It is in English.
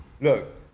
Look